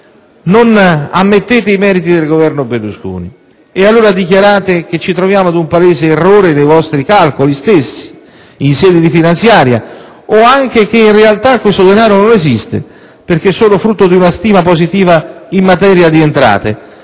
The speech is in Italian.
Non ammettete i meriti del Governo Berlusconi e allora dichiarate che ci troviamo davanti ad un palese errore nei vostri calcoli stessi in sede di finanziaria o anche che, in realtà, questo denaro non esiste, perché è solo frutto di una stima positiva in materia di entrate.